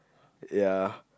ya